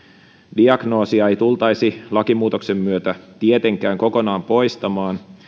diagnoosia ei tultaisi lakimuutoksen myötä tietenkään kokonaan poistamaan